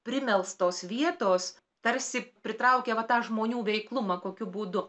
primelstos vietos tarsi pritraukia va tą žmonių veiklumą kokiu būdu